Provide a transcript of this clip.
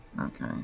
Okay